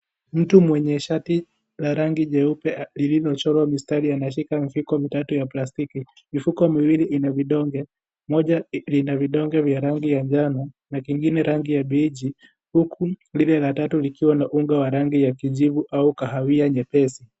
Mtu mwenye shati la rangi jeupe lililochorwa mstari ameshika mifuko mitatu ya plastiki. Mifuko miwili ina vidonge, moja lina vidonge vya rangi ya njano na kingine rangi ya beige huku lile la tatu likiwa na unga wa rangi ya kijivu au kahawia nyepesi.